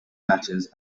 matches